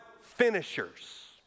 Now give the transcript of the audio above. finishers